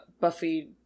Buffy